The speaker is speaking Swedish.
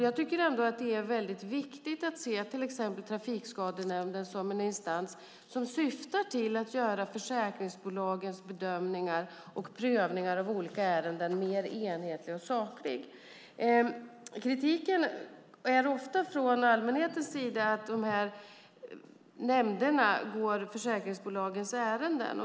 Jag tycker att det ändå är viktigt att se Trafikskadenämnden som en instans som syftar till att göra försäkringsbolagens bedömningar och prövningar av olika ärenden mer enhetliga och sakliga. Kritiken från allmänhetens sida går ofta ut på att dessa nämnder går försäkringsbolagens ärenden.